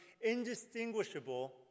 indistinguishable